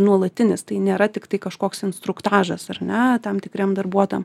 nuolatinis tai nėra tiktai kažkoks instruktažas ar ne tam tikriem darbuotojam